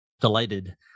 delighted